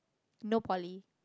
no poly